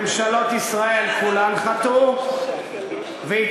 ממשלות ישראל כולן חטאו והתעלמו,